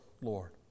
Lord